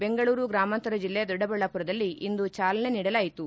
ಬೆಂಗಳೂರು ಗ್ರಾಮಾಂತರ ಜಿಲ್ಲೆ ದೊಡ್ಡಬಳ್ಳಾಪುರದಲ್ಲಿ ಇಂದು ಚಾಲನೆ ನೀಡಲಾಯಿತು